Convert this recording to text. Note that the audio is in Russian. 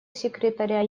секретаря